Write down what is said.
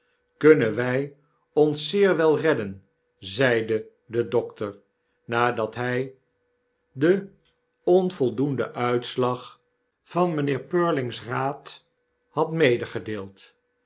kunnen wy ons zeer wel redden zeide de dokter nadat hij den onvoldoenden uitslag van mijnheer purling's raad had